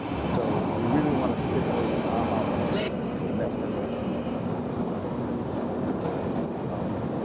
and so, we really wanna stimulate the aha moment in the next generation of of scientists and osu scholars.